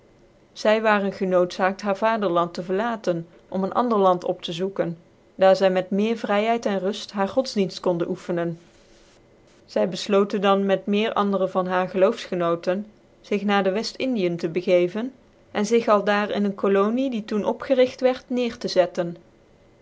zy waren genoodzaakt haar vaderland te verlaten om een ander land op tc zoeken daar zy met meer vryheid cn ruft haar godsdicnft konden ocffcncn zy bcflotcn dan met meer andere van hare geloofsgenoten zig na dc wcftindicn tc begeven cn zig aldaar in een colonic die als doen opgcrigt wierd ter neer tc zetten